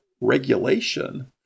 regulation